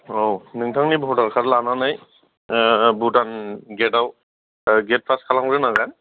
औ नोंथांनि भटार कार्ड लानानै भुटान गेटआव गेटफास खालाम ग्रोनांगोन